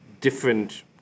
different